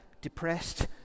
depressed